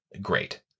Great